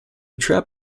trap